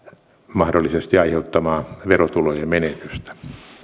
mahdollisesti aiheuttamaa verotulojen menetystä